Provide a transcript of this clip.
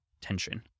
tension